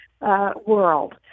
world